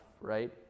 right